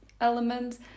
element